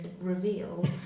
reveal